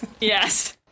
Yes